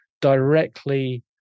directly